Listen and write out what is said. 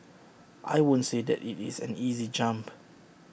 I won't say that IT is an easy jump